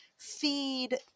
feed